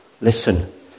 listen